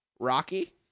Rocky